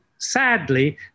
sadly